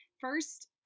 First